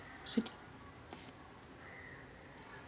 citi